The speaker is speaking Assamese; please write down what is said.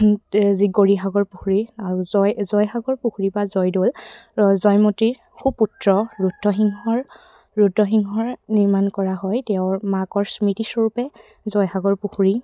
যি গৰীসাগৰ পুখুৰী আৰু জয় জয়সাগৰ পুখুৰী বা জয়দৌল জয়মতীৰ সুপুত্ৰ ৰুদ্ৰসিংহৰ ৰুদ্ৰসিংহৰ নিৰ্মাণ কৰা হয় তেওঁৰ মাকৰ স্মৃতিস্বৰূপে জয়সাগৰ পুখুৰী